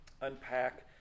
unpack